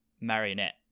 marionette